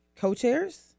co-chairs